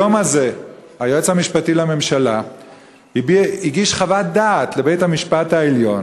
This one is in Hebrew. היום הזה היועץ המשפטי לממשלה הגיש חוות דעת לבית-המשפט העליון